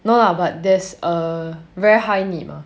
no lah but there's a very high need mah